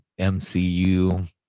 MCU